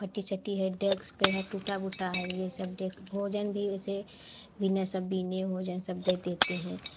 फटी सटी है डेस्क पर है टूटा उटा है ये सब डेक्स भोजन भी इसे बिना सब बिने भोजन सब दे देते हैं